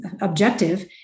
objective